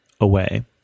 away